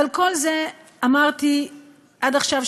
כל מה שאמרתי עד עכשיו,